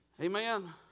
Amen